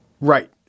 Right